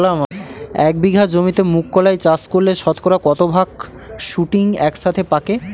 এক বিঘা জমিতে মুঘ কলাই চাষ করলে শতকরা কত ভাগ শুটিং একসাথে পাকে?